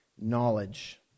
knowledge